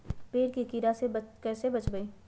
पेड़ के कीड़ा से कैसे बचबई?